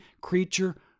creature